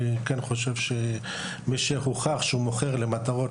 אני חושב שמי שהוכח שהוא מוכח למטרות